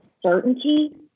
certainty